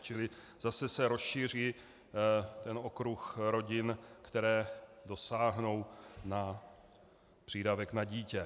Čili zase se rozšíří okruh rodin, které dosáhnou na přídavek na dítě.